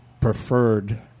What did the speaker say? preferred